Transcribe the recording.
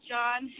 John